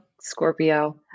Scorpio